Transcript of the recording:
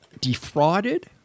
defrauded